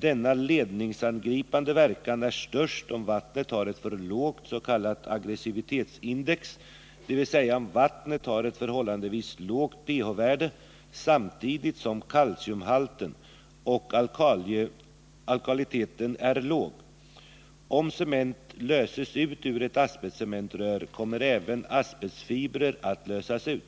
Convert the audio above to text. Denna ledningsangripande verkan är störst om vattnet har ett för lågt s.k. aggressivitetsindex, dvs. om vattnet har ett förhållandevis lågt pH-värde samtidigt som kalciumhalten och alkaliteten är låg. Om cement löses ut ur asbestcementrör kommer även asbestfibrer att lösas ut.